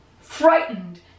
frightened